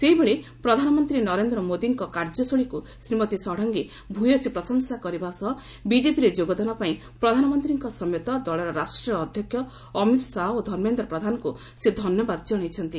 ସେହିଭଳି ପ୍ରଧାନମନ୍ତୀ ନରେନ୍ଦ୍ର ମୋଦିଙ୍କ କାର୍ଯ୍ୟଶୈଳୀକୁ ଶ୍ରୀମତୀ ଷଡ଼ଙ୍ଗୀ ଭ୍ୟସୀ ପ୍ରଶଂସା କରିବା ସହ ବିଜେପିରେ ଯୋଗଦାନ ପାଇଁ ପ୍ରଧାନମନ୍ତୀଙ୍କ ସମେତ ଦଳର ରାଷ୍ଟ୍ରୀୟ ଅଧ୍ଯକ୍ଷ ଅମିତ ଶାହା ଓ ଧର୍ମେନ୍ଦ୍ର ପ୍ରଧାନଙ୍କୁ ସେ ଧନ୍ୟବାଦ ଜଶାଇଛନ୍ତି